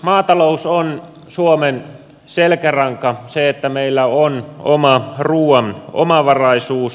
maatalous on suomen selkäranka se että meillä on ruuan omavaraisuus